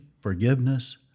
forgiveness